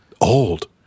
Old